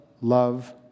love